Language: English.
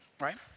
Right